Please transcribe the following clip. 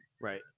Right